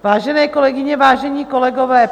Vážené kolegyně, vážení kolegové.